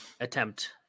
attempt